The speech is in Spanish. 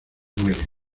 muere